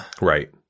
right